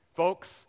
Folks